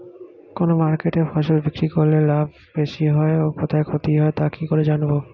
কোন মার্কেটে ফসল বিক্রি করলে লাভ বেশি হয় ও কোথায় ক্ষতি হয় তা কি করে জানবো?